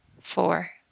four